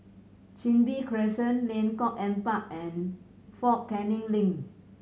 Chin Bee Crescent Lengkong Empat and Fort Canning Link